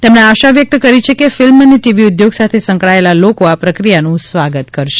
તેમણે આશા વ્યક્ત કરી છે કે ફિલ્મ અને ટીવી ઉધ્યોગ સાથે સંકળાયેલા લોકો આ પ્રક્રિયાનું સ્વાગત કરશે